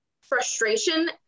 frustration